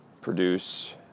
produce